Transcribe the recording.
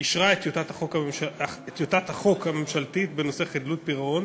אישרה את טיוטת החוק הממשלתית בנושא חדלות פירעון